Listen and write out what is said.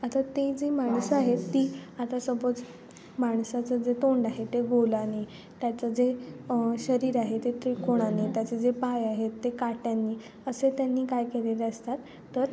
आता ती जी माणसं आहेत ती आता सपोज माणसाचं जे तोंड आहे ते गोलाने त्याचं जे शरीर आहे ते त्रिकोणाने त्याचे जे पाय आहेत ते काट्यानी असे त्यांनी काय केलेले असतात तर